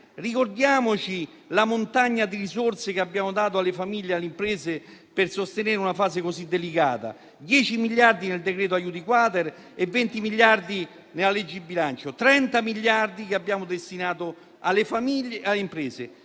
Ricordiamoci la montagna di risorse che abbiamo dato alle famiglie e alle imprese per sostenere una fase così delicata: 10 miliardi nel decreto-legge aiuti-*quater* e 20 miliardi nella legge di bilancio. Sto parlando di 30 miliardi che abbiamo destinato alle famiglie